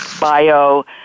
bio